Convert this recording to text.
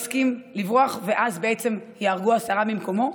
כי אז בעצם ייהרגו עשרה במקומו.